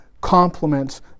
complements